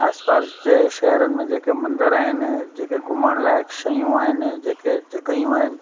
आसपास जे शहरनि में जेके मंदर आहिनि जेके घुमण लाइक़ु शयूं आहिनि जेके जॻहियूं आहिनि